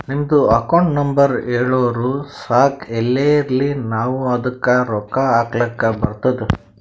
ನಿಮ್ದು account number ಹೇಳುರು ಸಾಕ್ ಎಲ್ಲೇ ಇರ್ಲಿ ನಾವೂ ಅದ್ದುಕ ರೊಕ್ಕಾ ಹಾಕ್ಲಕ್ ಬರ್ತುದ್